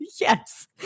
yes